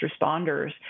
responders